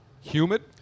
humid